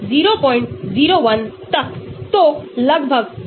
तो अगर आपने कहा है कि COOH यह एक हाइड्रोफिलिक है और यह इलेक्ट्रॉन वापस भी ले रहा है